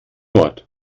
mord